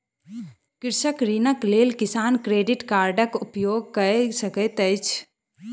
कृषक ऋणक लेल किसान क्रेडिट कार्डक उपयोग कय सकैत छैथ